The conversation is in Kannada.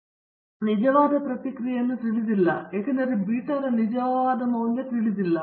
ಆದ್ದರಿಂದ ನಾವು ನಿಜವಾದ ಪ್ರತಿಕ್ರಿಯೆಯನ್ನು ತಿಳಿದಿಲ್ಲ ಏಕೆಂದರೆ ನಾವು ಬೀಟಾದ ನಿಜವಾದ ಮೌಲ್ಯವನ್ನು ತಿಳಿದಿಲ್ಲ